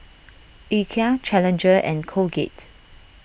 Ikea Challenger and Colgate